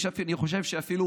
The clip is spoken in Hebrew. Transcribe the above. יש לנו אפילו